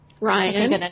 Ryan